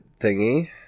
thingy